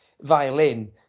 violin